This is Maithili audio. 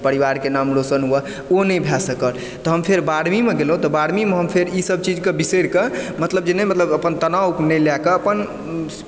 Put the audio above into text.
परिवार के नाम रौशन होइ ओ नहि भए सकल तहन फेर बारहवींमे गेलहुॅं तऽ बारहवींमे हम फेर ईसब चीज़ के बिसरि के मतलब नहि जे मतलब अपन तनाव नहि लए कऽ अपन